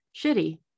shitty